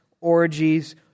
orgies